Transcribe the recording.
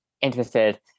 interested